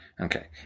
Okay